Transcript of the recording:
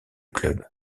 club